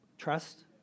trust